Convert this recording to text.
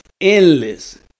endless